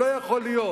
לא יכול להיות,